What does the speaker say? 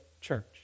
church